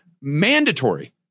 mandatory